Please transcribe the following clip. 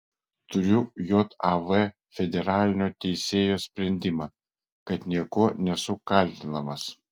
turiu jav federalinio teisėjo sprendimą kad niekuo nesu kaltinamas